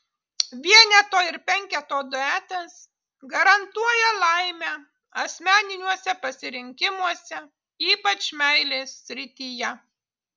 vieneto ir penketo duetas garantuoja laimę asmeniniuose pasirinkimuose ypač meilės srityje